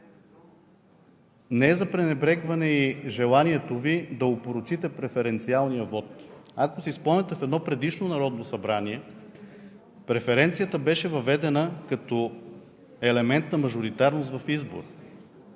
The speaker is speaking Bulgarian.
Не е за пренебрегване и желанието Ви да опорочите преференциалния вот. Ако си спомняте, в едно предишно Народно събрание преференцията беше въведена като елемент на мажоритарност в избор.